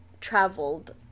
traveled